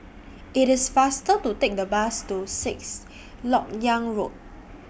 IT IS faster to Take The Bus to Sixth Lok Yang Road